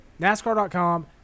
NASCAR.com